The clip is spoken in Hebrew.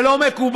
זה לא מקובל,